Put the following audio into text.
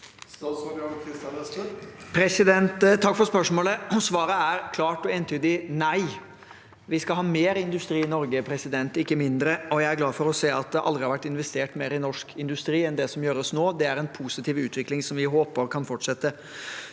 Takk for spørsmålet. Svaret er klart og entydig nei. Vi skal ha mer industri i Norge, ikke mindre, og jeg er glad for å se at det aldri har vært investert mer i norsk industri enn det som gjøres nå. Det er en positiv utvikling som vi håper kan fortsette.